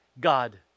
God